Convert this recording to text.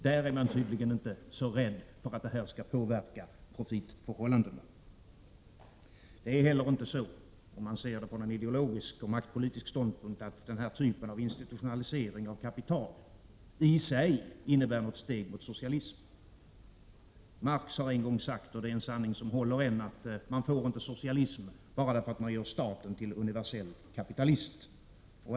Där är man tydligen inte särskilt rädd för att det här skall påverka profitförhållandena. Det är inte heller så — om man ser saken från en ideologisk och maktpolitisk ståndpunkt — att den här typen av institutionalisering av kapital sig är ett steg mot socialism. Marx har en gång sagt, och det är en sanning som fortfarande gäller, att man inte får socialism bara därför att man gör staten till universell kapitalist.